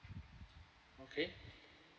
okay